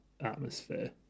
atmosphere